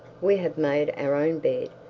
we have made our own bed,